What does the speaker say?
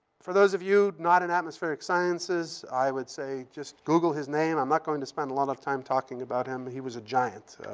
for those of you not in atmospheric sciences, i would say just google his name. i'm not going to spend a lot time talking about him. he was a giant.